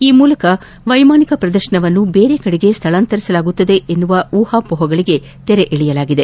ಈ ಮೂಲಕ ವೈಮಾನಿಕ ಪ್ರದರ್ಶನವನ್ನು ಬೇರೆ ಕಡೆಗೆ ಸ್ಥಳಾಂತರಿಸಲಾಗುತ್ತದೆ ಎಂಬ ಊಹಾಹೋಹಗಳಿಗೆ ತೆರೆ ಎಳೆಯಲಾಗಿದೆ